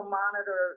monitor